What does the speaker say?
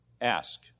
Ask